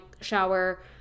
shower